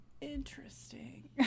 interesting